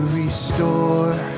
restore